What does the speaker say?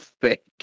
fake